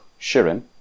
Shirin